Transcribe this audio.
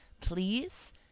please